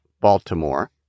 Baltimore